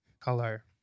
color